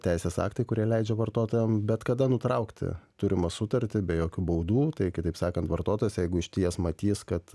teisės aktai kurie leidžia vartotojam bet kada nutraukti turimą sutartį be jokių baudų tai kitaip sakant vartotojas jeigu išties matys kad